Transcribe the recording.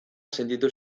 sentitu